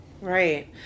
Right